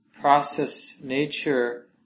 process-nature